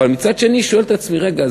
אבל מצד שני אני שואל את עצמי: רגע,